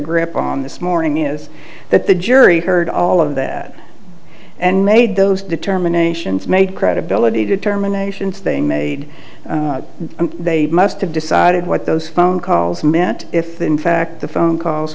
grip on this morning is that the jury heard all of that and made those determinations made credibility determinations they made they must have decided what those phone calls meant if in fact the phone calls